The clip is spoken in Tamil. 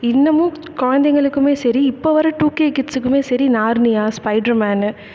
இன்னமும் குழந்தைங்களுக்குமே சரி இப்போ வர டூ கே கீட்ஸுக்குமே சரி நார்னியா ஸ்பைட்ருமேனு